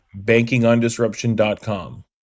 bankingondisruption.com